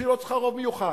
לא במלחמה,